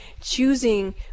choosing